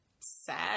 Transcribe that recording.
sad